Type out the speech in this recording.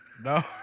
no